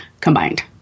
combined